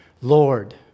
Lord